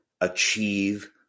achieve